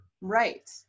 Right